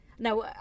Now